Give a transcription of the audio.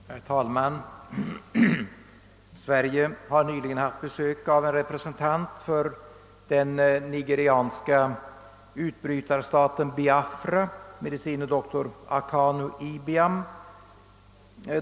Herr talman! Sverige har nyligen haft besök av en representant för den nigerianska utbrytarstaten Biafra, med. dr Akanu Ibiam .